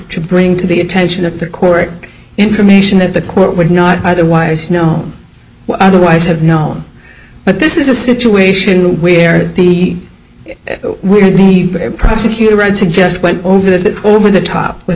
to bring to the attention of the court information that the court would not otherwise know otherwise have known but this is a situation where the prosecutor read suggest went over the over the top with